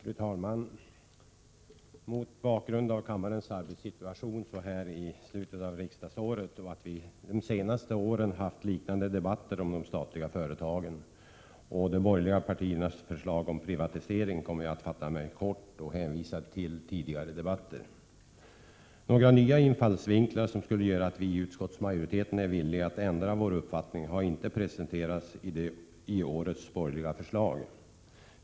Fru talman! Mot bakgrund av kammarens arbetssituation så här i slutet av riksdagsåret och med hänvisning till att vi de senaste åren haft liknande debatter om de statliga företagen och de borgerliga partiernas förslag till privatisering kommer jag att fatta mig kort och hänvisa till tidigare debatter. Några nya infallsvinklar som skulle göra att vi i utskottsmajoriteten är villiga att ändra vår uppfattning har inte presenterats i årets borgerliga förslag.